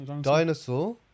Dinosaur